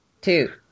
two